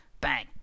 Bang